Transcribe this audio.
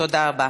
תודה רבה.